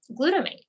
glutamate